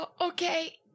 Okay